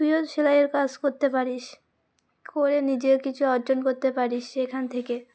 তুইও সেলাইয়ের কাজ করতে পারিস করে নিজেও কিছু অর্জন করতে পারিস সেখান থেকে